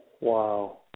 wow